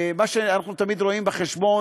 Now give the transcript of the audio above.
מה שאנחנו תמיד רואים בחשבון,